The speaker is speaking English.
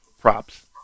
Props